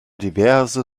diverse